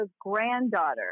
granddaughter